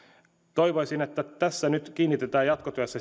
toivoisin että tässä nyt kiinnitetään jatkotyössä